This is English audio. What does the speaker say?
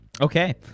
Okay